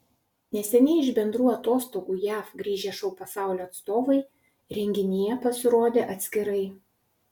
neseniai iš bendrų atostogų jav grįžę šou pasaulio atstovai renginyje pasirodė atskirai